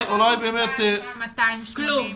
כמה הוציא האגף מה-280?